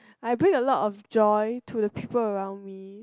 I bring a lot of joy to the people around me